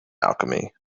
alchemy